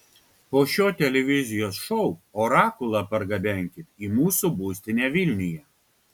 po šio televizijos šou orakulą pargabenkit į mūsų būstinę vilniuje